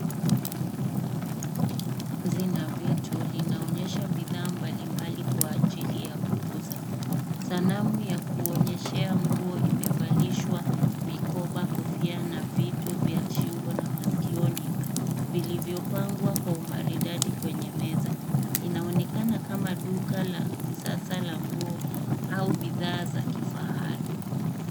Kazi na vitu linaonyesha bidhaa mbalimbali kwa ajili ya kuuza. Sanamu ya kuonyeshea nguo imevalishwa mikoba, kofia na vitu vya shingo na masikioni vilivyopangwa kwa umaridadi kwenye meza. Inaonekana kama duka la kisasa la nguo au bidhaa za kifahari.